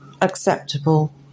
acceptable